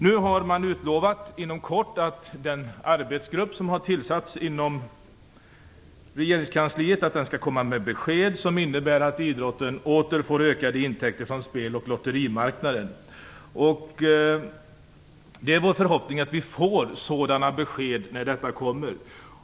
Nu har man utlovat att den arbetsgrupp som har tillsatts inom regeringskansliet inom kort skall komma med besked som innebär att idrotten åter får ökade intäkter från spel och lotterimarknaden. Det är vår förhoppning att vi får sådana besked när resultatet föreligger.